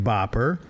Bopper